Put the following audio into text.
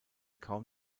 kaum